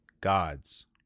God's